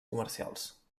comercials